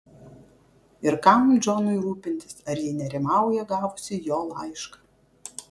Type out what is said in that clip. ir kam džonui rūpintis ar ji nerimauja gavusi jo laišką